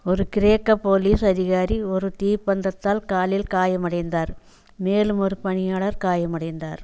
ஒரு கிரேக்க போலீஸ் அதிகாரி ஒரு தீப்பந்தத்தால் காலில் காயம் அடைந்தார் மேலும் ஒரு பணியாளர் காயம் அடைந்தார்